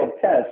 test